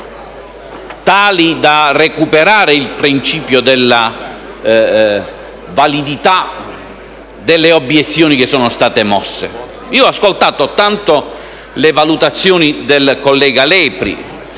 tali da recuperare il principio della validità delle obiezioni che sono state mosse.